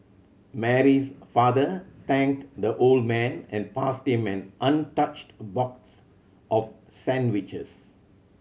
Mary's father thanked the old man and passed him an untouched box of sandwiches